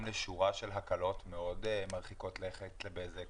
לשורה של הקלות מאוד מרחיקות לכת לבזק